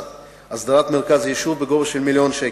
הסדרת מרכז היישוב בגובה של מיליון שקל,